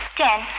ten